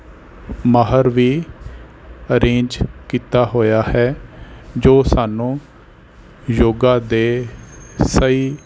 ਮਾਹਰ ਵੀ ਅਰੇਂਜ ਕੀਤਾ ਹੋਇਆ ਹੈ ਜੋ ਸਾਨੂੰ ਯੋਗਾ ਦੇ ਸਹੀ